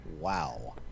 wow